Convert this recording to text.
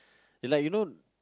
like you know